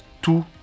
tout